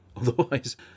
otherwise